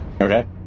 Okay